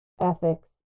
ethics